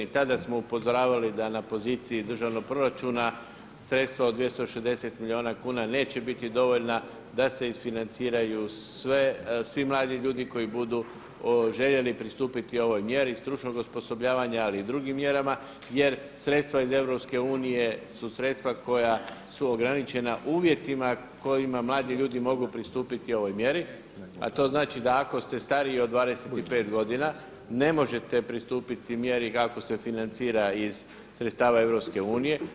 Tada smo upozoravali da na poziciji državnog proračuna sredstva od 260 milijuna kuna neće biti dovoljna da se isfinanciraju svi mladi ljudi koji budu željeli pristupiti ovoj mjeri stručnog osposobljavanja, ali i drugim mjerama jer sredstva iz Europske unije su sredstva koja su ograničena uvjetima kojima mladi ljudi mogu pristupiti ovoj mjeri, a to znači da ako ste stariji od 25 godina ne možete pristupiti mjeri kako se financira iz sredstava Europske unije.